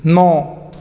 ਨੌ